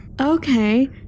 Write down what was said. Okay